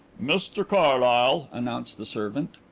mr carlyle, announced the servant.